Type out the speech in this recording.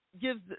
gives